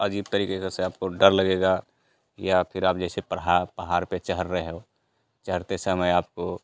अजीब तरीके का से आपको डर लगेगा या फिर आप जैसे पहाड़ पहाड़ पर चढ़ रहे हो चढ़ते समय आपको